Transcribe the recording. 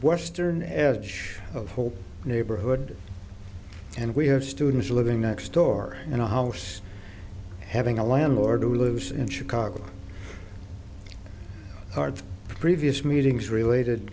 western edge of whole neighborhood and we have students living next door in a house having a landlord who lives in chicago hard previous meetings related